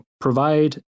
provide